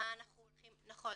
נכון.